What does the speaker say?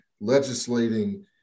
legislating